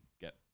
get